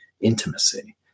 intimacy